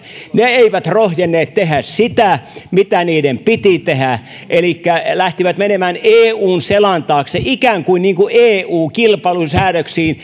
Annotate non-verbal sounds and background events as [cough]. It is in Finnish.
he eivät rohjenneet tehdä sitä mitä heidän piti tehdä elikkä lähtivät menemään eun selän taakse ikään kuin eu kilpailusäädöksiin [unintelligible]